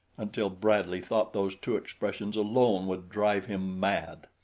until bradley thought those two expressions alone would drive him mad.